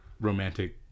romantic